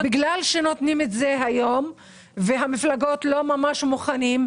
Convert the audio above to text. בגלל שנותנים את זה היום והמפלגות לא ממש מוכנים,